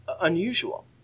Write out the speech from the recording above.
unusual